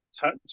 touch